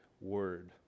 word